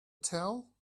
tell